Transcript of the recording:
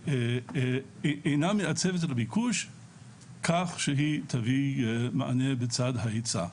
אינו מעצב את הביקוש כך שהוא יביא מענה בצד ההיצע.